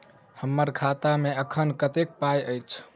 हम्मर खाता मे एखन कतेक पाई अछि?